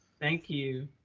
thank you.